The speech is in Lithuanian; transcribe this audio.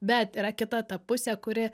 bet yra kita ta pusė kuri